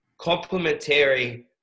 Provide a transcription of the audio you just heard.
complementary